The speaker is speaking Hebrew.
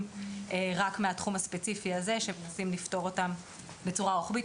רק מהתחום הספציפי הזה שרוצים לפתור אותם בצורה רוחבית